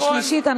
שלישית.